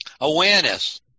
Awareness